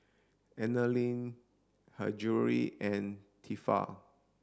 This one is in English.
Anlene Her Jewellery and Tefal